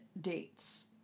dates